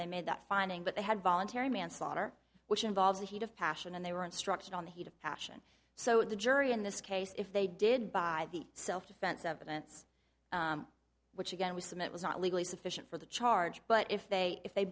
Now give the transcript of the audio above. they made that finding but they had voluntary manslaughter which involves the heat of passion and they were instructed on the heat of passion so the jury in this case if they did buy the self defense evidence which again we submit was not legally sufficient for the charge but if they if they